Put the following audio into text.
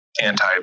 anti